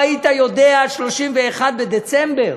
ב-31 בדצמבר,